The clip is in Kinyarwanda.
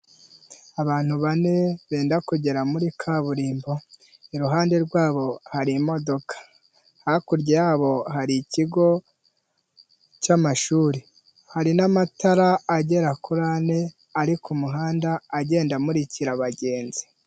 Abantu bane benda kugera muri kaburimbo, iruhande rwabo hari imodoka, hakurya yabo hari ikigo cy'amashuri, hari n'amatara agera kuri ane ari ku muhanda, agenda amurikira abagenzi.